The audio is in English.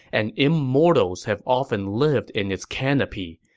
and immortals have often lived in its canopy.